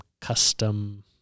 custom